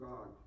God